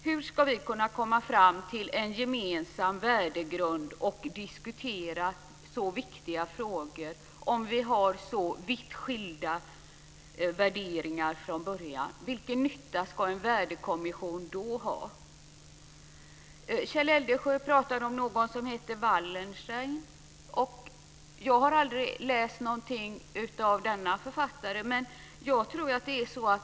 Hur ska vi kunna komma fram till en gemensam värdegrund och diskutera så viktiga frågor om vi har så vitt skilda värderingar från början? Vilken nytta kan en värdekommission då ha? Kjell Eldensjö pratar om någon som heter Wallerstein. Jag har aldrig läst något av den författaren.